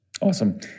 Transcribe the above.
Awesome